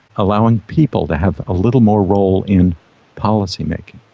allowing people to have a little more role in policy-making.